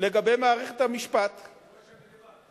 אני רואה שאני לבד.